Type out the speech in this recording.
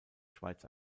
schweiz